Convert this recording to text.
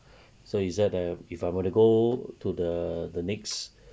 so is it that if I were to go to the to the next